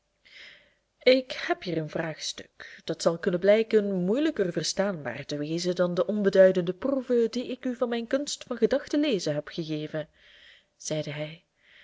ik heb hier een vraagstuk dat zal kunnen blijken moeilijker verstaanbaar te wezen dan de onbeduidende proeve die ik u van mijn kunst van gedachten lezen heb gegeven zeide hij